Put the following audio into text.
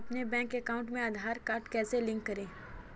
अपने bank account में Aadhaar card कैसे लिंक करें?